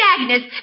Agnes